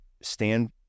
stand